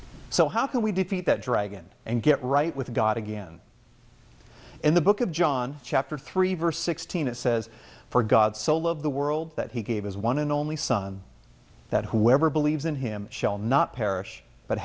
so how can we defeat that dragon and get right with god again in the book of john chapter three verse sixteen it says for god so loved the world that he gave his one and only son that whoever believes in him shall not perish but